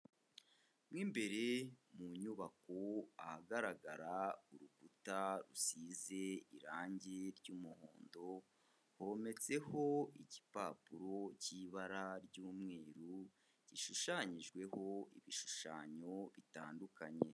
Mo imbere mu nyubako ahagaragara urukuta rusize irange ry'umuhondo, hometseho igipapuro cy'ibara ry'umweru gishushanyijweho ibishushanyo bitandukanye.